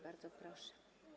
Bardzo proszę.